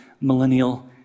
millennial